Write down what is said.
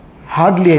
Hardly